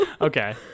Okay